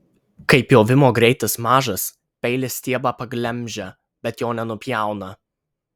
kai pjovimo greitis mažas peilis stiebą paglemžia bet jo nenupjauna